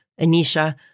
Anisha